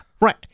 Right